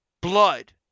Blood